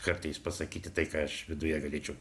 kartais pasakyti tai ką aš viduje galėčiau